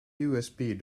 usb